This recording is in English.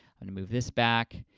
and move this back,